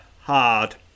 hard